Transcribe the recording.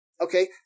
okay –